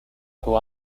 who